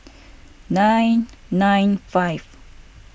nine nine five